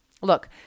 look